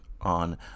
on